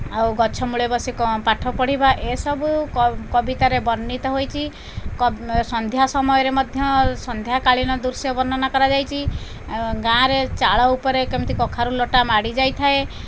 ଆଉ ଗଛମୂଳେ ବସି ପାଠ ପଢ଼ିବା ଏସବୁ କବିତାରେ ବର୍ଣ୍ଣିତ ହୋଇଛି କ ସନ୍ଧ୍ୟା ସମୟରେ ମଧ୍ୟ ସନ୍ଧ୍ୟାକାଳୀନ ଦୃଶ୍ୟ ବର୍ଣ୍ଣନା କରାଯାଇଛି ଗାଁରେ ଚାଳ ଉପରେ କେମିତି କଖାରୁ ଲତା ମାଡ଼ିଯାଇଥାଏ